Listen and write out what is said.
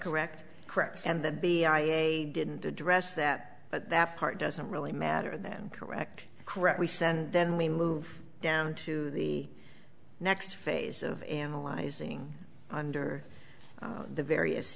correct correct and that b i a didn't address that but that part doesn't really matter then correct correct we send then we move down to the next phase of analyzing under the various